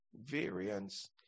variance